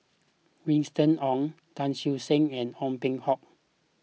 Winston Oh Tan Siew Sin and Ong Peng Hock